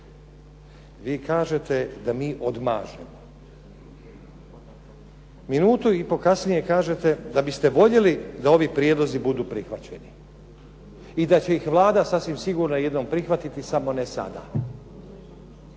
vi kažete da mi odmažemo. Minutu i pol kasnije kažete da biste voljeli da ovi prijedlozi budu prihvaćeni i da će ih Vlada sasvim sigurno jednom prihvatiti samo ne sada.